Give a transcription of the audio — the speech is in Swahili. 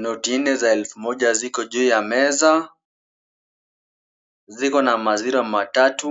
Noti nne za elfu moja ziko juu ya meza. Ziko na mazero matatu